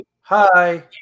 hi